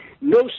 No